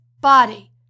body